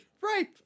Right